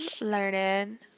learning